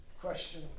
Question